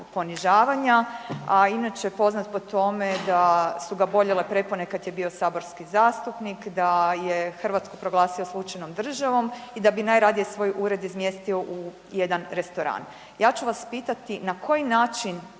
ponižavanja, a inače poznat po tome da su ga boljele prepone kada je bio saborski zastupnik da je Hrvatsku proglasio slučajnom državom i da bi najradije svoj ured izmjestio u jedan restoran. Ja ću vas pitati na koji način